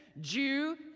Jew